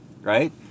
right